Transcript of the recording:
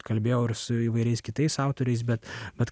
kalbėjau ir su įvairiais kitais autoriais bet vat